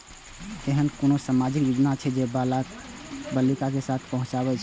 ऐहन कुनु सामाजिक योजना छे जे बालिका के लाभ पहुँचाबे छे?